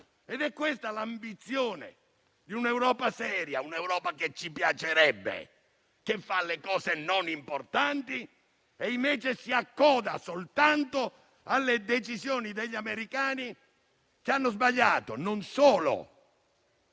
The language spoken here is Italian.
È questa l'ambizione di un'Europa seria, di un'Europa che ci piacerebbe, che fa le cose importanti invece di accodarsi soltanto alle decisioni degli americani, che hanno sbagliato non solo